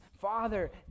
father